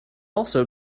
also